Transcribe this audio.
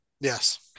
Yes